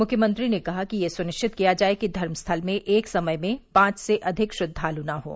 मुख्यमंत्री ने कहा कि यह सुनिश्चित किया जाए कि धर्म स्थल में एक समय में पांच से अधिक श्रद्वालु न हों